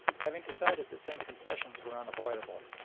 having decided that some concessions were unavoidable,